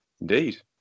Indeed